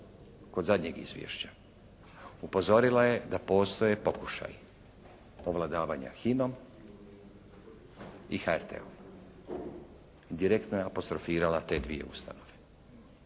kod zadnjeg izvješća, upozorila je da postoje pokušaji ovladavanja HINA-om i HRT-om. I direktno je apostrofirala te dvije ustanove.